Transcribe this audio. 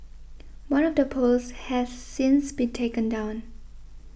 one of the posts has since been taken down